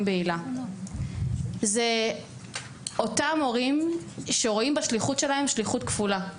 בהיל"ה; אלה אותם מורים שרואים בשליחות שלהם שליחות כפולה.